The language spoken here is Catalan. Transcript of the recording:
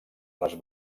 les